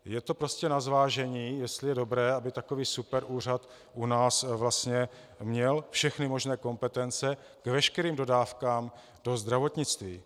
Je to prostě na zvážení, jestli je dobré, aby takový superúřad u nás vlastně měl všechny možné kompetence k veškerým dodávkám do zdravotnictví.